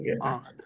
on